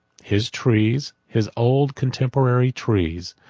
his trees, his old contemporary trees,